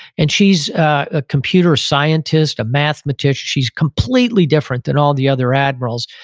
and she's a computer scientist, a mathematician. she's completely different than all the other admirals.